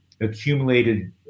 accumulated